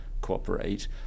cooperate